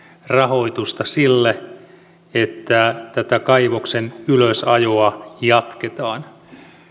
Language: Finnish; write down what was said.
rahoitusta sille että tätä kaivoksen ylösajoa jatketaan